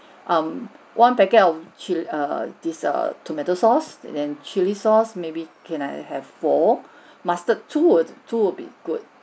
um one packet of chill~ err this err tomato sauce and then chilli sauce maybe can I have four mustard two err two would be good